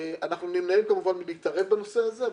אנחנו נמנעים כמובן מלהתערב בנושא הזה,